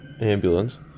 ambulance